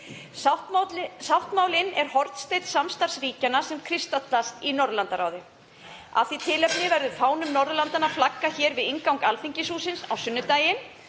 Sáttmálinn er hornsteinn samstarfs ríkjanna sem kristallast í Norðurlandaráði. Af því tilefni verður fánum Norðurlandanna flaggað hér við inngang Alþingishússins á sunnudaginn